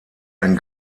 ein